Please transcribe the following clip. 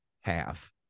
half